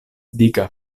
dika